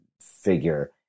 figure